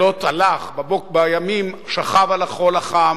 הלך, בימים שכב על החול החם,